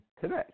today